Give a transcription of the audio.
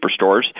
superstores